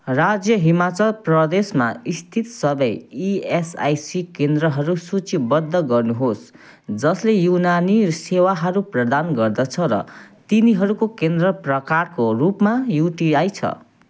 राज्य हिमाचल प्रदेशमा स्थित सबै इएसआइसी केन्द्रहरू सूचीबद्ध गर्नुहोस् जसले युनानी सेवाहरू प्रदान गर्दछ र तिनीहरूको केन्द्र प्रकारको रूपमा युटिआई छ